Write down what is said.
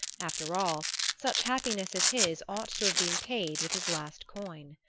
after all, such happiness as his ought to have been paid with his last coin.